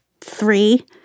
Three